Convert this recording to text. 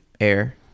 air